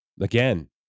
again